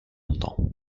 longtemps